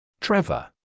Trevor